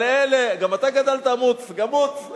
אבל אלה, גם אתה גדלת, מוץ?